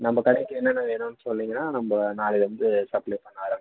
நம்ம கடைக்கு என்னென்ன வேணும்ன்னு சொன்னிங்கன்னா நம்ம நாளைலேருந்து சப்ளை பண்ண ஆரம்பிச்சுடலாம்